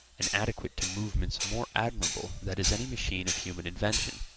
and adequate to movements more admirable than is any machine of human invention.